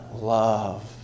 love